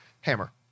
Hammer